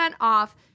off